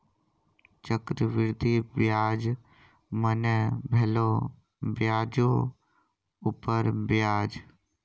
चक्रवृद्धि ब्याज मने भेलो ब्याजो उपर ब्याज